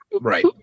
Right